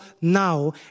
now